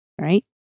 right